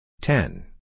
Ten